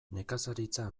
nekazaritza